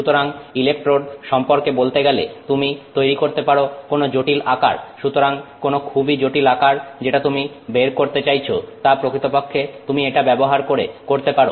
সুতরাং ইলেকট্রোড সম্পর্কে বলতে গেলে তুমি তৈরী করতে পারো কোনো জটিল আকার সুতরাং কোনো খুবই জটিল আকার যেটা তুমি বের করতে চাইছো তা প্রকৃতপক্ষে তুমি এটা ব্যাবহার করে করতে পারো